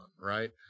right